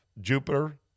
Jupiter